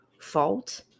fault